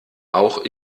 auch